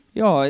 ja